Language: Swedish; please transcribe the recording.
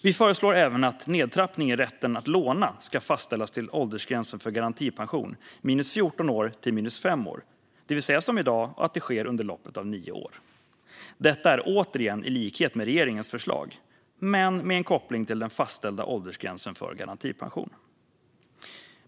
Vi föreslår även att nedtrappningen i rätten att låna ska fastställas till åldersgränsen för garantipensionen - minus 14 år till minus 5 år - det vill säga att det som i dag sker under loppet av 9 år. Detta ligger återigen i linje med regeringens förslag men har en koppling till den fastställda åldersgränsen för garantipensionen.